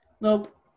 Nope